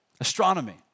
astronomy